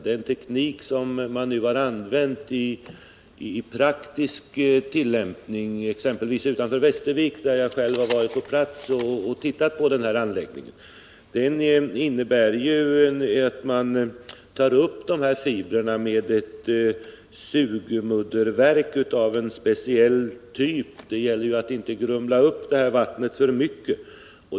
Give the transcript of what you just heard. Den teknik man nu har använt i praktisk tillämpning exempelvis utanför Västervik — jag har själv varit och tittat på anläggningen där — innebär att man tar upp fibrerna med ett sugmudderverk av en speciell typ; det gäller att inte grumla upp vattnet för mycket.